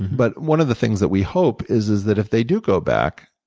but one of the things that we hope is is that if they do go back,